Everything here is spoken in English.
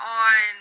on